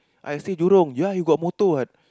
I stay Jurong ya you got motor what